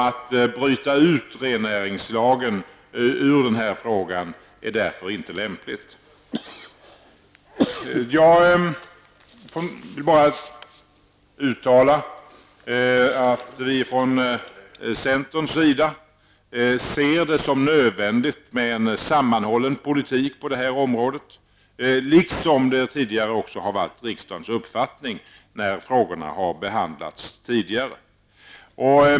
Att bryta ut rennäringslagen ur frågan är därför inte lämpligt. Låt mig uttala att vi i centern anser det nödvändigt med en sammanhållen politik på detta område. Det har tidigare också varit riksdagens uppfattning när frågorna har behandlats.